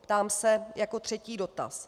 Ptám se jako třetí dotaz.